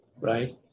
right